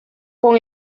con